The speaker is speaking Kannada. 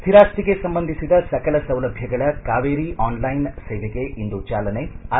ಸ್ಟಿರಾಸ್ತಿಗೆ ಸಂಬಂಧಿಸಿದ ಸಕಲ ಸೌಲಭ್ಯಗಳ ಕಾವೇರಿ ಆನ್ಲೈನ್ ಸೇವೆ ಗೆ ಇಂದು ಚಾಲನೆ ಆರ್